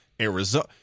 Arizona